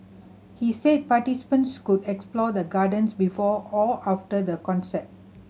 he said participants could explore the Gardens before or after the concert